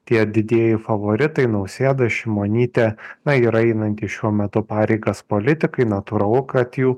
tie didieji favoritai nausėda šimonytė na yra einantys šiuo metu pareigas politikai natūralu kad jų